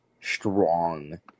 strong